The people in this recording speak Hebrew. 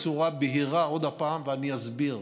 בצורה בהירה עוד פעם ואני אסביר.